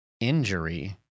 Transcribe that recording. injury